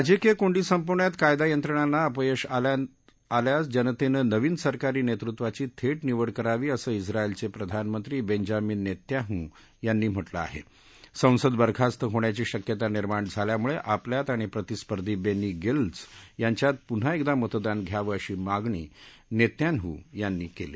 राजकीय कोंडी संपवण्यात कायदा यंत्रणाना अपयश आल्यास जनतर्म नवीन सरकारी नसूर्ववाची थद्द निवड करावी असं झाईलच प्रधानमंत्री बेंजामिन नस्वान्हू यांनी म्हटलं आह संसद बरखास्त होण्याची शक्यता निर्माण झाल्यामुळ आपल्यात आणि प्रतिस्पर्धी बेंनी गेंत्स यांच्यात पुन्हा एकदा मतदान घ्यावं अशी मागणी नस्खान्हू यांनी क्ली